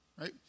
Right